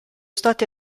stati